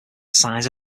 size